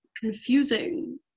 confusing